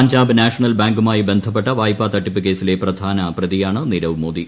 Punjab national ബാങ്കുമായി ബന്ധപ്പെട്ട വായ്പാ തട്ടിപ്പ് കേസിലെ പ്രധാന പ്രതിയാണ് നീരവ് മോദി